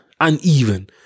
uneven